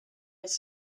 has